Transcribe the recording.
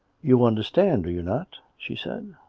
you understand, do you not she said.